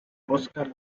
oscar